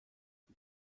die